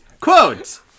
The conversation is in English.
quote